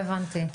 לא הבנתי.